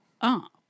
up